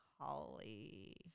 Holly